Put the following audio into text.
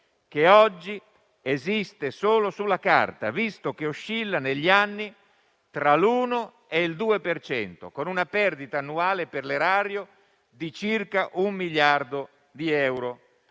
che oggi esiste solo sulla carta, visto che oscilla negli anni tra l'1 e il 2 per cento, con una perdita annuale per l'erario di circa un miliardo di euro